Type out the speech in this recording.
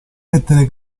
lettere